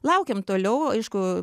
laukiam toliau aišku